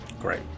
great